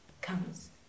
comes